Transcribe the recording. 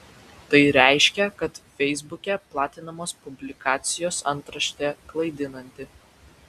tai reiškia kad feisbuke platinamos publikacijos antraštė klaidinanti